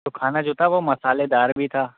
تو کھانا جو تھا وہ مسالے دار بھی تھا